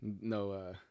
no